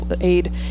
aid